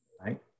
Right